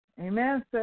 Amen